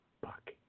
Fuck